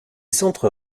centres